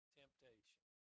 temptation